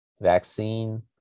vaccine